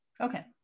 Okay